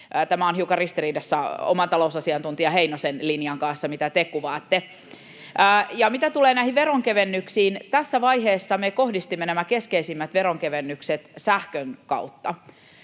Tämä on hiukan ristiriidassa omatalousasiantuntija Heinosen linjan kanssa, mitä te kuvaatte. Mitä tulee näihin veronkevennyksiin, tässä vaiheessa me kohdistimme keskeisimmät veronkevennykset sähkön kautta,